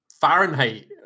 Fahrenheit